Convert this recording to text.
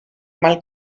mal